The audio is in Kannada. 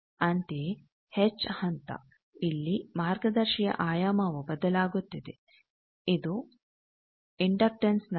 ಅಂತೆಯೇ ಎಚ್ ಹಂತ ಇಲ್ಲಿ ಮಾರ್ಗದರ್ಶಿಯ ಆಯಾಮವು ಬದಲಾಗುತ್ತಿದೆ ಅದು ಇಂಡಕ್ಟನ್ಸ್ ನಂತಿದೆ